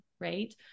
right